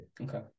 okay